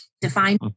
Define